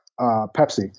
Pepsi